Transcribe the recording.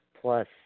plus